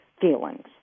feelings